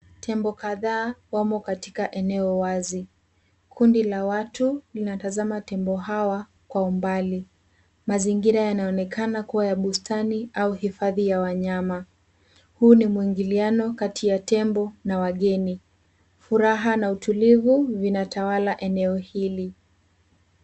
Tembo kadhaa wamo katika eneo wazi. Kundil a watu linatazama tembo hawa kwa umbali. Mazingira yanaonekana kuwa ya bustani au hifadhi ya wanyama . Huu ni muingiliano kati ya tembo na wageni, furaha na utulivu vinatawala eneo hili.